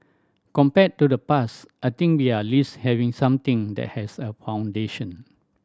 compared to the past I think we are least having something that has a foundation